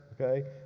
okay